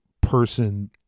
person